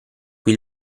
cui